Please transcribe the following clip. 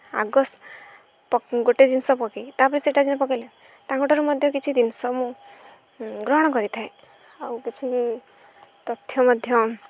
ଆଗ ଗୋଟେ ଜିନିଷ ପକାଇ ତା'ପରେ ସେଇଟା ପକାଇଲେ ତାଙ୍କଠାରୁ ମଧ୍ୟ କିଛି ଜିନିଷ ମୁଁ ଗ୍ରହଣ କରିଥାଏ ଆଉ କିଛି ତଥ୍ୟ ମଧ୍ୟ